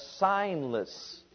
signless